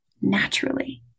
naturally